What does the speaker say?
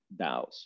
DAOs